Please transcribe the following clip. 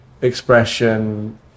expression